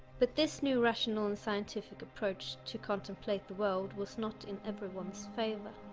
but this new rational and scientific approach to contemplate the world was not in everyone's favor